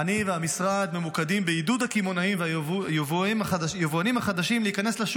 אני והמשרד ממוקדים בעידוד הקמעונאים והיבואנים החדשים להיכנס לשוק.